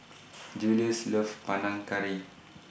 Juluis loves Panang Curry